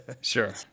sure